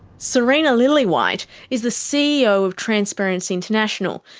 serena lillywhite is the ceo of transparency international,